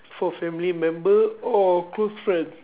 for family member or close friend